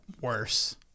Worse